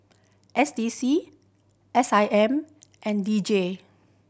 S D C S I M and D J